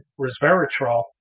resveratrol